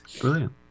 Brilliant